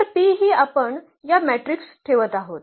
तर P ही आपण या मॅट्रिक्स ठेवत आहोत